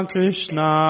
Krishna